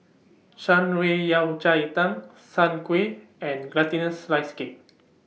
Shan Rui Yao Cai Tang Soon Kway and Glutinous Rice Cake